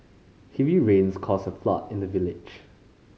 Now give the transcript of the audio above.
heavy rains caused a flood in the village